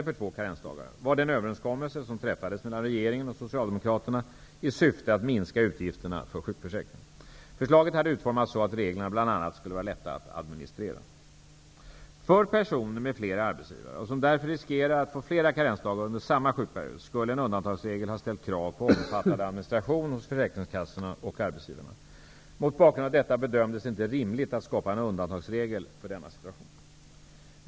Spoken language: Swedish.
För personer med flera arbetsgivare och som därför riskerar att få flera karensdagar under samma sjukperiod skulle en undantagsregel ha ställt krav på omfattande administration hos försäkringskassorna och arbetsgivarna. Mot bakgrund av detta bedömdes det inte rimligt att skapa en undantagsregel för denna situation.